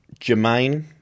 Jermaine